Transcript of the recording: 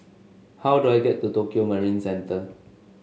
how do I get to Tokio Marine Centre